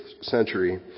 century